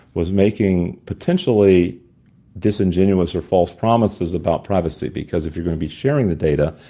was making potentially disingenuous or false promises about privacy. because if you're going to be sharing the data,